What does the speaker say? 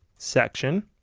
section